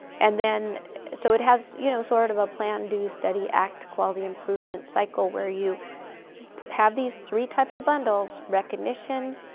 and so, it has, you know, sort of a plan, do, study, act, quality improvement cycle, where you have these three types of bundles recognition,